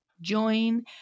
join